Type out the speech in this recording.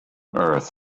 earth